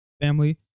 family